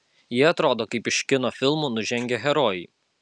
jie atrodo kaip iš kino filmų nužengę herojai